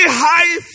high